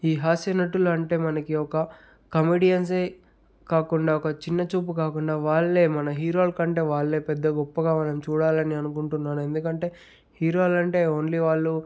ఈ హాస్యనటులంటే మనకి ఒక కమెడియన్సే కాకుండా ఒక చిన్న చూపు కాకుండా వాళ్ళే మన హీరోల కంటే వాళ్ళే పెద్ద గొప్పగా మనం చూడాలని అనుకుంటున్నాను ఎందుకంటే హీరోలంటే ఓన్లీ వాళ్ళు